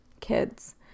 kids